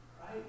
Right